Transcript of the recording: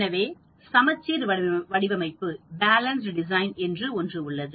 எனவே சமச்சீர் வடிவமைப்பு என்று ஒன்று உள்ளது